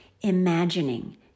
Imagining